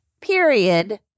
period